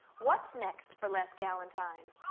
what's next for les galantine?